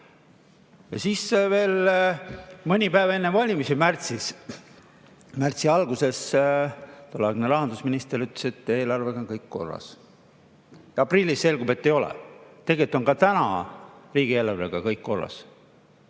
Ja veel mõni päev enne valimisi märtsi alguses tolleaegne rahandusminister ütles, et eelarvega on kõik korras. Aprillis selgub, et ei ole. Tegelikult on ka täna riigieelarvega kõik korras.